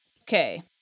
okay